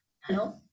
hello